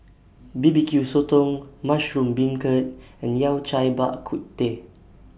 B B Q Sotong Mushroom Beancurd and Yao Cai Bak Kut Teh